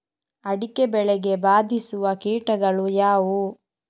ಅಡಿಕೆ ಬೆಳೆಗೆ ಬಾಧಿಸುವ ಕೀಟಗಳು ಯಾವುವು?